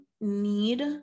need